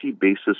basis